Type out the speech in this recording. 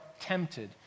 tempted